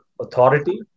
authority